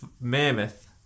Mammoth